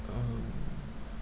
um